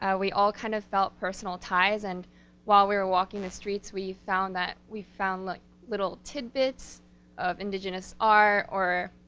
ah we all kind of felt personal ties, and while we were walking the streets, we found that, we found like little tidbits of indigenous art, or